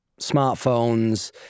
smartphones